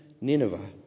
Nineveh